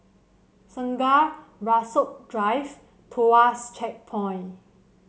Segar Rasok Drive Tuas Checkpoint